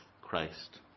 Christ